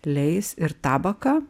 leis ir tabaką